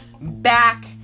back